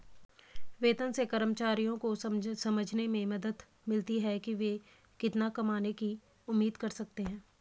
वेतन से कर्मचारियों को समझने में मदद मिलती है कि वे कितना कमाने की उम्मीद कर सकते हैं